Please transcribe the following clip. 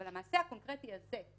אבל המעשה הקונקרטי הזה,